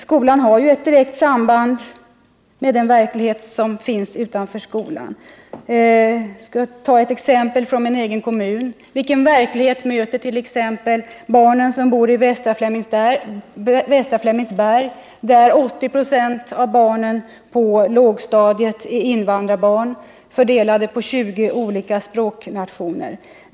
Skolan har ju ett direkt samband med den verklighet som finns utanför skolan. För att ta ett exempel från min egen kommun: Vilken verklighet möter t.ex. barnen som bor i västra Flemingsberg, där 80 96 av barnen på lågstadiet är invandrarbarn, fördelade på 20 olika språknationer?